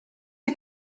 ihr